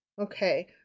Okay